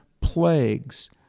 plagues